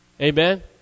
Amen